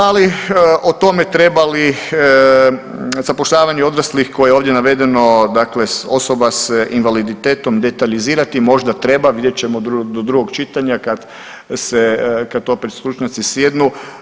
Ali o tome treba li zapošljavanje odraslih koje je ovdje navedeno, dakle osoba sa invaliditetom detaljizira, ti možda treba, vidjet ćemo do drugog čitanja kad se, kad opet stručnjaci sjednu.